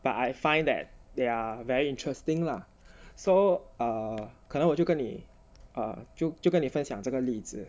but I find that they are very interesting lah so err 可能我就跟你 uh 就就跟你分享这个例子